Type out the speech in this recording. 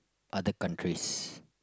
other countries